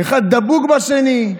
אחד דבוק בשני.